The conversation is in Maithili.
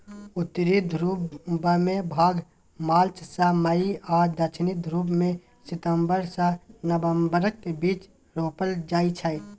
उत्तरी ध्रुबमे भांग मार्च सँ मई आ दक्षिणी ध्रुबमे सितंबर सँ नबंबरक बीच रोपल जाइ छै